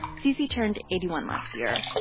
cc turned eighty one last year.